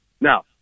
Now